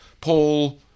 Paul